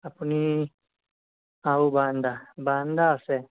আপুনি আৰু বাৰান্দা বাৰান্দা আছে